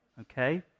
okay